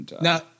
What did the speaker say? Now